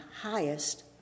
highest